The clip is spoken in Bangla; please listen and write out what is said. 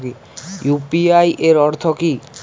ইউ.পি.আই এর অর্থ কি?